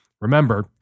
Remember